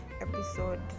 episode